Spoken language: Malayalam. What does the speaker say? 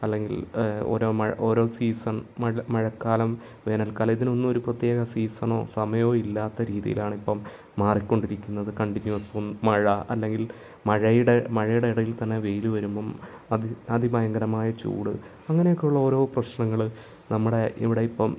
അല്ലെങ്കിൽ ഓരോ മഴ ഓരോ സീസൺ മഴ മഴക്കാലം വേനൽക്കാലം ഇതിനൊന്നും ഒരു പ്രത്യേക സീസണോ സമയമോ ഇല്ലാത്ത രീതിയിലാണ് ഇപ്പം മാറിക്കൊണ്ടിരിക്കുന്നത് കണ്ടിന്യൂസും മഴ അല്ലെങ്കിൽ മഴയുടെ മഴയുടെ ഇടയിൽ തന്നെ വെയിൽ വരുമ്പം അതിൽ അതിൽ ഭയങ്കരമായ ചൂട് അങ്ങനെയൊക്കെയുള്ള ഓരോ പ്രശ്നങ്ങൾ നമ്മുടെ ഇവിടെ ഇപ്പം